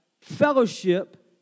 fellowship